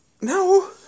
No